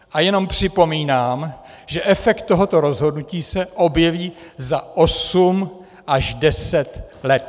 A jenom připomínám, že efekt tohoto rozhodnutí se objeví za osm až deset let.